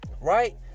Right